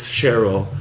Cheryl